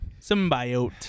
symbiote